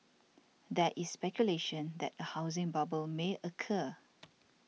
there is speculation that a housing bubble may occur